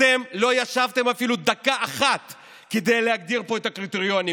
אתם לא ישבתם אפילו דקה אחת כדי להגדיר פה את הקריטריונים,